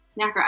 snacker